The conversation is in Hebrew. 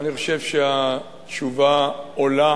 אני חושב שהתשובה עולה